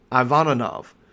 Ivanov